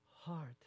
heart